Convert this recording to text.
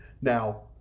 Now